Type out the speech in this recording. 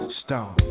stone